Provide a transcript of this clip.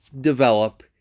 develop